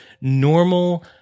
normal